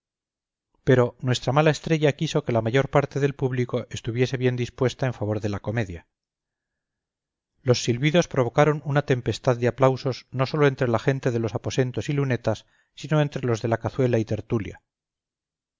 pero nuestra mala estrella quiso que la mayor parte del público estuviese bien dispuesta en favor de la comedia los silbidos provocaron una tempestad de aplausos no sólo entre la gente de los aposentos y lunetas sino entre los de la cazuela y tertulia